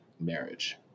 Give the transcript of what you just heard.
marriage